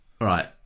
right